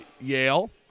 Yale